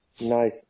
nice